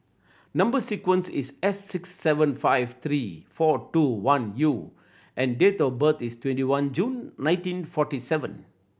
number sequence is S six seven five three four two one U and date of birth is twenty one June nineteen forty seven